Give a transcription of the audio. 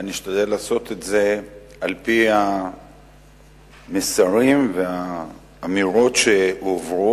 ואני אשתדל לעשות את זה על-פי המסרים והאמירות שהועברו,